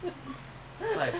parents and your genes